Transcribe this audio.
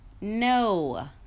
No